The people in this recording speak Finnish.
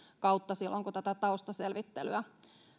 kautta silloin kun tätä taustaselvittelyä